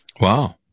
Wow